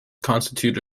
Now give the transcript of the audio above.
constitute